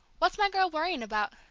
what's my girl worrying about?